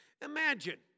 Imagine